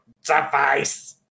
suffice